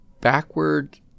backward